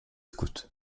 scouts